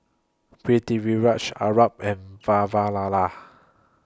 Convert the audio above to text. Pritiviraj Arnab and Vavilala